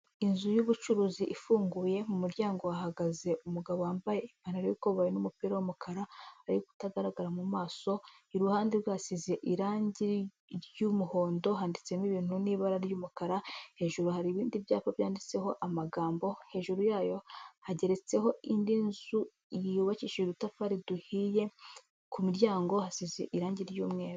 Inzu y'ubucuruzi ifunguye, mu muryango hahagaze umugabo wambaye ipantaro y'ikoboyi n'umupira w'umukara ariko utagaragara mu maso, iruhande rwe hasize irangi ry'umuhondo, handitsemo ibintu n'ibara ry'umukara, hejuru hari ibindi byapa byanditseho amagambo, hejuru yayo hageretseho indi nzu yubakishije udutafari duhiye, ku miryango hasize irangi ry'umweru.